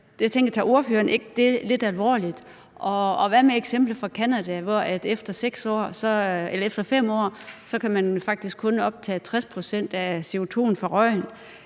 det lidt alvorligt? Og hvad med eksemplet fra Canada, hvor man efter 5 år faktisk kun kan optage 60 pct. af CO2'en fra røgen?